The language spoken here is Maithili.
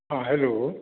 हँ हेलो